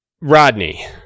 Rodney